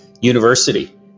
university